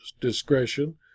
discretion